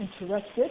interested